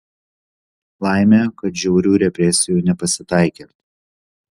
laimė kad žiaurių represijų nepasitaikė